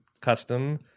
custom